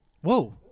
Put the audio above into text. Whoa